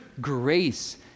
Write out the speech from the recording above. Grace